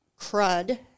crud